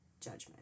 judgment